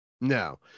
No